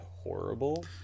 horrible